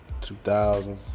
2000s